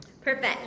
Perfect